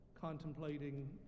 contemplating